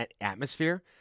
atmosphere